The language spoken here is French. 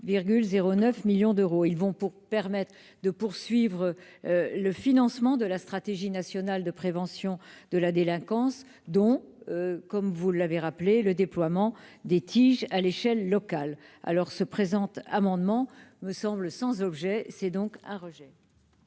ils vont pour permettre de poursuivre le financement de la stratégie nationale de prévention de la délinquance dont, comme vous l'avez rappelé le déploiement des tiges à l'échelle locale alors se présente amendement me semble sans objet, c'est donc à Roger.